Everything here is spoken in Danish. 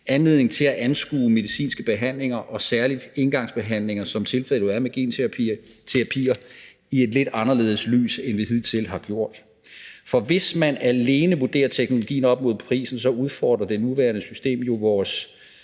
Medicinrådet – at anskue medicinske behandlinger og særlig engangsbehandlinger, som tilfældet er med genterapier, i et lidt anderledes lys, end vi hidtil har gjort. For hvis man alene vurderer teknologien op imod prisen, udfordrer det nuværende system jo vores